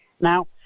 Now